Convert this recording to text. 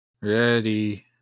Ready